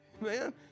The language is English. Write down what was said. Man